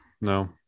No